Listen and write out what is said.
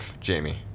Jamie